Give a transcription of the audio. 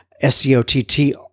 S-C-O-T-T